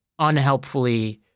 unhelpfully